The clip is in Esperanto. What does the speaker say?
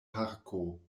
parko